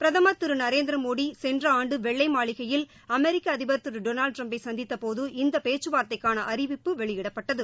பிரதமர் திரு நரேந்திரமோடி சென்ற ஆண்டு வெள்ளை மாளிகையில் அமெிக்க அதிபர் திரு டொனல்டு டிரம்ப்பை சந்தித்த போது இந்த பேச்சு வார்த்தைக்கான அறிவிப்பு வெளியிடப்பட்டது